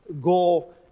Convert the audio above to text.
go